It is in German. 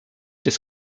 des